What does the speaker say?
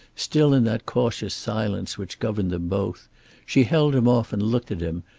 still in that cautious silence which governed them both she held him off and looked at him,